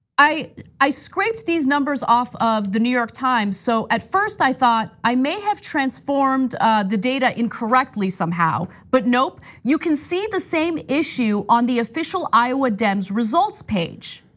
i scrapped scrapped these numbers off of the new york times so at first i thought i may have transformed the data incorrectly somehow. but nope, you can see the same issue on the official iowa dems results page.